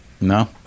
No